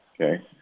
Okay